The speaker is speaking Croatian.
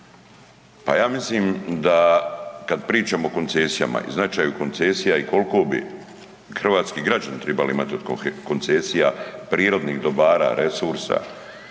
Pa ja mislim da kad pričamo o koncesijama i značaju koncesija i koliko bi hrvatski građani tribali imati od koncesija, prirodnih dobara, resursa